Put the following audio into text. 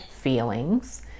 feelings